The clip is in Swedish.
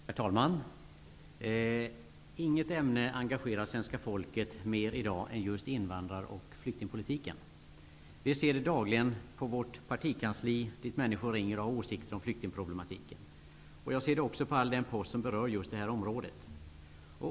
Herr talman! Inget ämne engagerar i dag svenska folket mer än just invandrar och flyktingpolitiken. Vi ser det dagligen i arbetet på vårt partikansli. Människor ringer dit och har åsikter om flyktingproblematiken. Jag ser det också på all den post som berör just det här området.